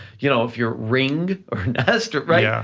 you know if your ring or nest, right? yeah